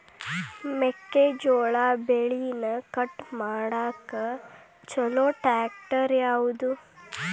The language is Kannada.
ಮೆಕ್ಕೆ ಜೋಳ ಬೆಳಿನ ಕಟ್ ಮಾಡಾಕ್ ಛಲೋ ಟ್ರ್ಯಾಕ್ಟರ್ ಯಾವ್ದು?